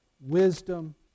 wisdom